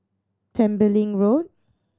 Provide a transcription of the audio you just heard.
Tembeling Road